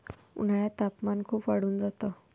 उन्हाळ्यात तापमान खूप वाढून जात